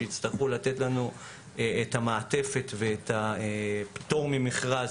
שיצטרכו לתת לנו את המעטפת ואת הפטור ממכרז